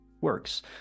works